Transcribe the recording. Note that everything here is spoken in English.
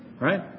right